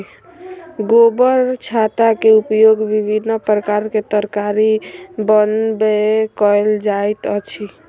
गोबरछत्ता के उपयोग विभिन्न प्रकारक तरकारी बनबय कयल जाइत अछि